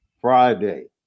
Friday